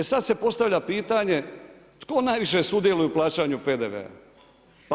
E sad se postavlja pitanje tko najviše sudjeluje u plaćanju PDV-a?